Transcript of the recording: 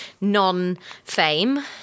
non-fame